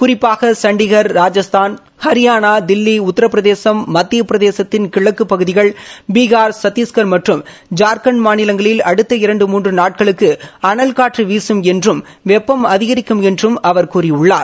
குறிப்பாக சண்டிகள் ராஜஸ்தான் ஹரியாளா தில்லி உத்திரபிரதேசம் மத்திய பிரதேசத்தின் கிழக்குப் பகுதிகள் பீகா் சத்திஷ்கள் மற்றம் ஜார்க்கண்ட் மாநிலங்களில் அடுத்த இரண்டு மூன்று நாட்களுக்கு அனல் காற்று வீசும் என்றும் வெப்பம் அதிகரிக்கும் என்றும் அவர் கூறியுள்ளார்